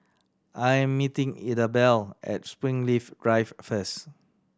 I am meeting Idabelle at Springleaf Drive first